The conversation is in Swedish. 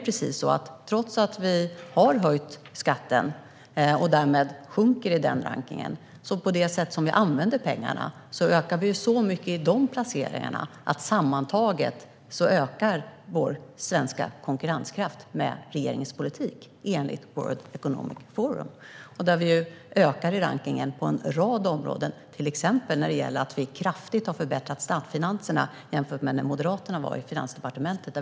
Trots att vi har höjt skatten och därmed sjunker i den här rankningen gör sättet vi använder pengarna på att vi ändå stiger så många placeringar att svensk konkurrenskraft sammantaget ökar med regeringens politik, enligt World Economic Forum. Vi ökar i rankningen på en rad områden, till exempel när det gäller att vi kraftigt har förbättrat statsfinanserna jämfört med när Moderaterna fanns i Finansdepartementet.